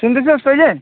सुन्दैछस् तैँले